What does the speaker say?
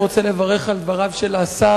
אני רוצה לברך על דבריו של השר,